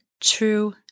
true